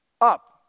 up